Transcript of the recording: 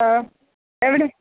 അഹ് എവിടെ